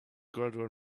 gradual